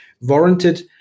warranted